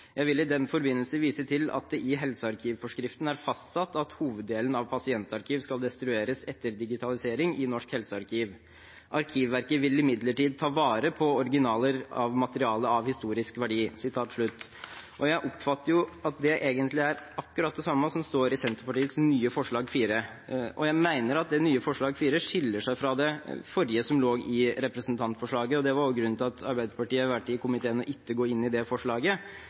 Jeg vil i den forbindelse vise til at det i helsearkivforskriften er fastsatt at hoveddelen av pasientarkiv skal destrueres etter digitalisering i Norsk helsearkiv. Arkivverket vil imidlertid ta vare på originaler av materiale av historisk verdi.» Jeg oppfatter at det egentlig er akkurat det samme som står i Senterpartiets nye forslag nr. 4, og jeg mener at det nye forslag nr. 4 skiller seg fra det som lå i representantforslaget. Det var også grunnen til at Arbeiderpartiet i komiteen valgte ikke å gå inn i representantforslaget, men at vi har sett at det